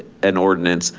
an ordinance,